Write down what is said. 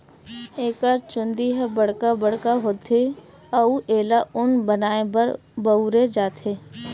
एकर चूंदी ह बड़का बड़का होथे अउ एला ऊन बनाए बर बउरे जाथे